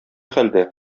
хәлдә